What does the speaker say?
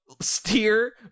steer